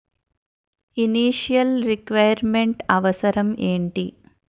Initial requirement అవసరం ఎంటి?